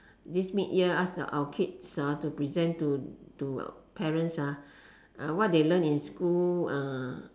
this mid year ask our kids hor to present to to parents ah what they learn in school uh